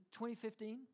2015